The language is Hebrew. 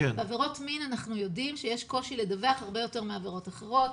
אנחנו יודעים שיש קושי לדווח הרבה יותר מעבירות אחרות,